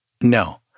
No